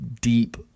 deep